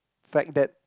fact that